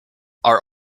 are